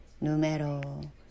Numero